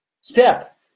Step